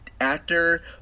actor